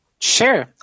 Sure